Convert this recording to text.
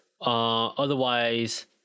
otherwise